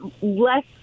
less